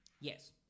Yes